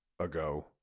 ago